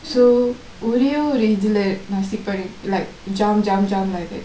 so ஒறே ஒறு இதுல நா:ore oru ithula naa stick பன்னுவ:pannuve like jump jump jump